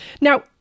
Now